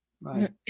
right